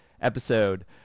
episode